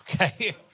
Okay